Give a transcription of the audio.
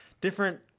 different